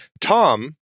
Tom